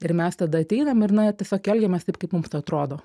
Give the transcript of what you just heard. ir mes tada ateinam ir na tiesiog elgiamės taip kaip mums atrodo